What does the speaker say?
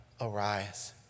arise